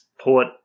port